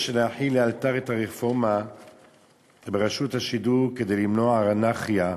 יש להחיל לאלתר את הרפורמה ברשות השידור כדי למנוע אנרכיה,